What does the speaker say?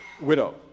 widow